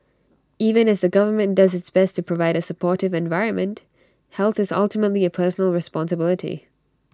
even as the government does its best to provide A supportive environment health is ultimately A personal responsibility